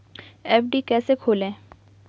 FD कैसे खोलें?